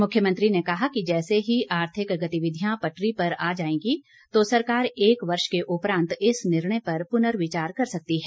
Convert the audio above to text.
मुख्यमंत्री ने कहा कि जैसे ही आर्थिक गतिविधियां पटरी पर आ जाएंगी तो सरकार एक वर्ष के उपरांत इस निर्णय पर पुनर्विचार कर सकती है